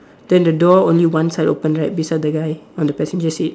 then the door only one side open right beside the guy on the passenger seat